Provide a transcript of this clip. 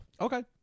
okay